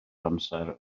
amser